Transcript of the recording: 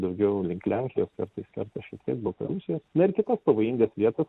daugiau link lenkijos kartais kerta šiek tiek baltarusijos netgi pavojingas vietas